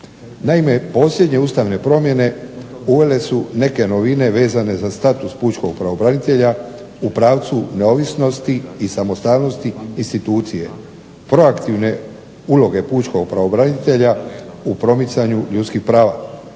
Naime, posljednje ustavne promjene uvele su neke novine vezane za status pučkog pravobranitelja u pravcu neovisnosti i samostalnosti institucije, proaktivne uloge pučkog pravobranitelja u promicanju ljudskih prava.